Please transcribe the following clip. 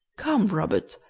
come, robert,